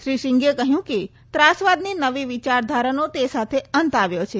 શ્રી સિંઘે કહયું કે ત્રાસવાદની નવી વિચારધારાનો તે સાથે અંત આવ્યો છે